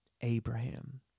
Abraham